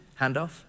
handoff